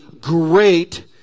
great